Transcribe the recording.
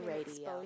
Radio